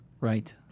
Right